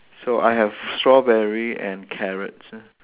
so I have strawberry and carrots